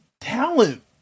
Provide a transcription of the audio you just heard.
talent